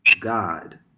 God